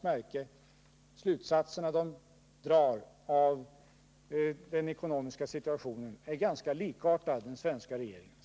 De slutsatser man drar av den ekonomiska situationen är också ganska lika den svenska regeringens.